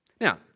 Now